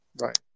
right